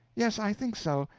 yes, i think so.